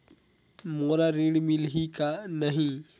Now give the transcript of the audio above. मोला ऋण मिलही की नहीं?